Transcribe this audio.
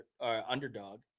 underdog